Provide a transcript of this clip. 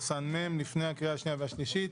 לפני הקריאה השנייה והשלישית.